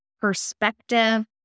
perspective